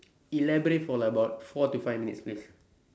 elaborate for like about four to five minutes please